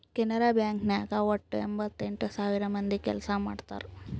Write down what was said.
Canara bank ನಾಗ್ ವಟ್ಟ ಎಂಭತ್ತೆಂಟ್ ಸಾವಿರ ಮಂದಿ ಕೆಲ್ಸಾ ಮಾಡ್ತಾರ್